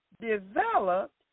Developed